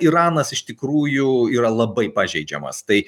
iranas iš tikrųjų yra labai pažeidžiamas tai